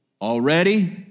Already